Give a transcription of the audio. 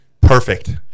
Perfect